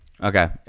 Okay